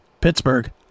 Pittsburgh